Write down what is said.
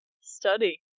study